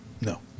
No